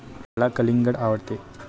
मला कलिंगड आवडते